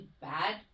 bad